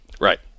Right